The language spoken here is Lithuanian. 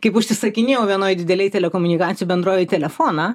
kaip užsisakinėjau vienoj didelėj telekomunikacijų bendrovėj telefoną